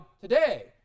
today